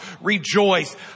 rejoice